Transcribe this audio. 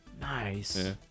nice